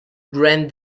grant